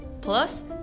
plus